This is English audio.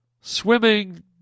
swimming